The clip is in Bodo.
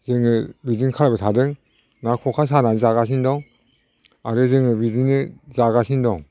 जोङो बिदिनो खालामबाय थादों ना खखा सानानै जागासिनो दं आरो जों बिदिनो जागासिनो दं